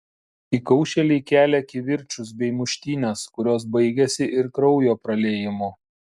įkaušėliai kelia kivirčus bei muštynes kurios baigiasi ir kraujo praliejimu